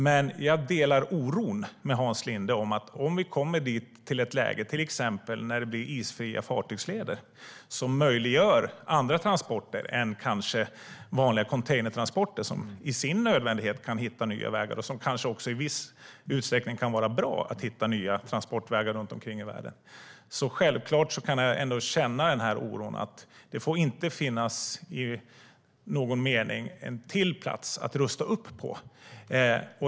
Men jag delar oron med Hans Linde över att vi kommer till ett läge där det till exempel blir isfria fartygsleder som möjliggör andra transporter än vanliga containertransporter, vilka av nödvändighet kan hitta nya vägar som kanske i viss utsträckning också kan vara bra. Då får det inte finnas en till plats att rusta upp på.